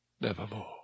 nevermore